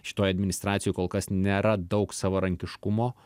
šitoj administracijoj kol kas nėra daug savarankiškumo